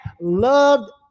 loved